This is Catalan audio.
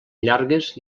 llargues